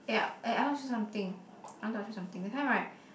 eh eh I want show you something I want to ask you something that time [right]